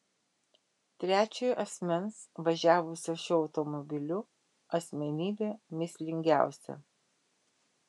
trečiojo asmens važiavusio šiuo automobiliu asmenybė mįslingiausia